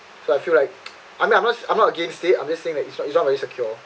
so I feel like I mean I'm not I'm not against it I'm just saying it's not it's not very secure